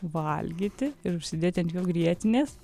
valgyti ir užsidėti ant grietinės